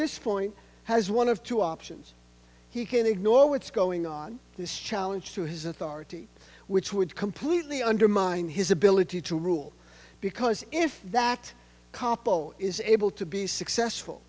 this point has one of two options he can ignore what's going on this challenge to his authority which would completely undermine his ability to rule because if that koppel is able to be successful